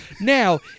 now